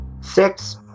Six